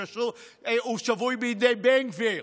הוא שבוי בידי בן גביר,